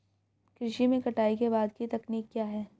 कृषि में कटाई के बाद की तकनीक क्या है?